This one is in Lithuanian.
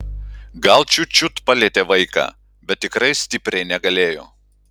gal čiut čiut palietė vaiką bet tikrai stipriai negalėjo